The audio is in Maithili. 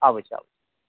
आबै छी आबै छी